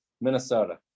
Minnesota